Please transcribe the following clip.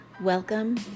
welcome